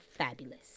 Fabulous